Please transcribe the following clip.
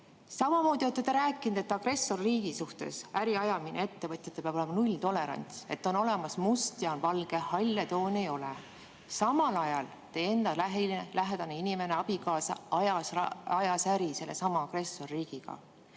Samamoodi olete te rääkinud, et agressorriigiga äri ajamise suhtes peab ettevõtjatel olema nulltolerants – on olemas must ja on valge, halle toone ei ole. Samal ajal teie enda lähedane inimene, abikaasa, ajas äri sellesama agressorriigiga.